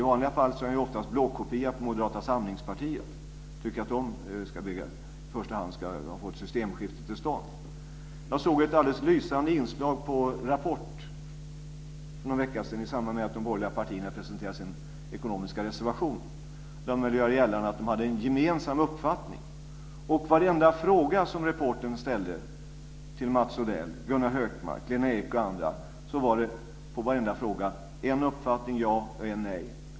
I vanliga fall är han ju oftast en blåkopia av Moderata samlingspartiet och tycker att de i första hand ska få ett systemskifte till stånd. Jag såg ett alldeles lysande inslag på Rapport för någon vecka sedan i samband med att de borgerliga partierna presenterade sin ekonomiska reservation. De ville göra gällande att de hade en gemensam uppfattning. På varenda fråga som reportern ställde till Mats Odell, Gunnar Hökmark, Lena Ek och andra fanns det en uppfattning som var ja och en som var nej.